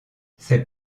ces